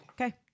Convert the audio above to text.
Okay